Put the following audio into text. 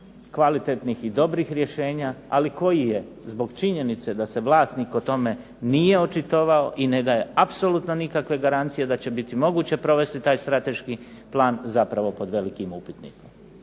kvalitetnih i dobrih rješenja, ali koji je zbog činjenice da se vlasnik o tome nije očitovao i ne daje apsolutno nikakve garancije da će biti moguće provesti taj strateški plan zapravo pod velikim upitnikom.